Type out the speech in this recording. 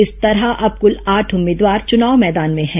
इस तरह अब कुल आठ उम्मीदवार चुनाव मैदान में हैं